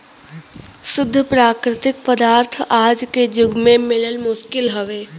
शुद्ध प्राकृतिक पदार्थ आज के जुग में मिलल मुश्किल हउवे